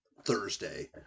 Thursday